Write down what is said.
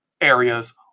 areas